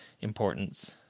importance